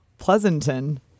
Pleasanton